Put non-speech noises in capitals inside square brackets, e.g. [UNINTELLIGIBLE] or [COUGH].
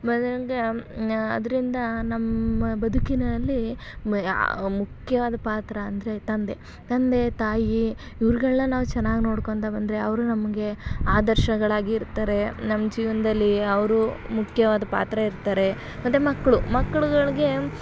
[UNINTELLIGIBLE] ಅದ್ರಿಂದ ನಮ್ಮ ಬದುಕಿನಲ್ಲಿ ಮ ಮುಖ್ಯವಾದ ಪಾತ್ರ ಅಂದರೆ ತಂದೆ ತಂದೆ ತಾಯಿ ಇವ್ರುಗಳ್ನ ನಾವು ಚೆನ್ನಾಗಿ ನೋಡ್ಕೊಳ್ತಾ ಬಂದರೆ ಅವರು ನಮಗೆ ಆದರ್ಶಗಳಾಗಿ ಇರ್ತಾರೆ ನಮ್ಮ ಜೀವನದಲ್ಲಿ ಅವರು ಮುಖ್ಯವಾದ ಪಾತ್ರ ಇರ್ತಾರೆ ಮತ್ತು ಮಕ್ಕಳು ಮಕ್ಕಳುಗಳ್ಗೆ